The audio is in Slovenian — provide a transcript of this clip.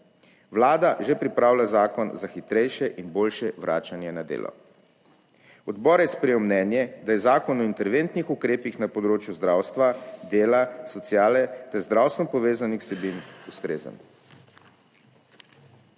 Vlada že pripravlja zakon za hitrejše in boljše vračanje na delo. Odbor je sprejel mnenje, da je Zakon o interventnih ukrepih na področju zdravstva, dela, sociale ter z zdravstvom povezanih vsebin ustrezen.